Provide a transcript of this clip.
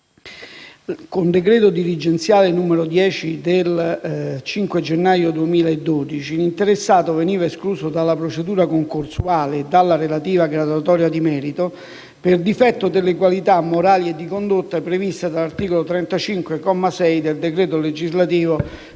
con decreto dirigenziale n. 10 del 5 gennaio 2012, l'interessato veniva escluso dalla procedura concorsuale e dalla relativa graduatoria di merito per difetto delle qualità morali e di condotta previste dall'articolo 35, comma 6, del decreto legislativo